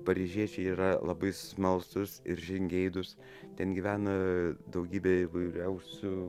paryžiečiai yra labai smalsūs ir žingeidūs ten gyvena daugybė įvairiausių